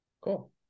Cool